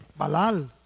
Balal